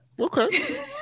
Okay